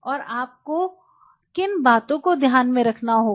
और आपको किन बातों को ध्यान में रखना होगा